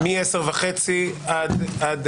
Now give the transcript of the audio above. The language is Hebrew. מ-10:30 עד